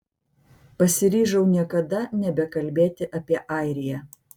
pasiryžau niekada nebekalbėti apie airiją